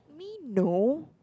me know